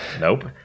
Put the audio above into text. Nope